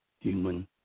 human